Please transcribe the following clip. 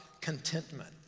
contentment